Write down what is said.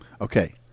Okay